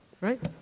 right